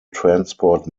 transport